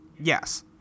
Yes